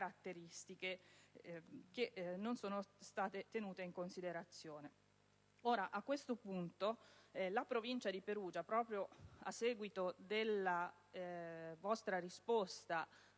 caratteristiche che non sono state tenute in considerazione. A questo punto, la Provincia di Perugia, a seguito della vostra risposta